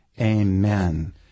Amen